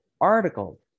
article